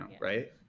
right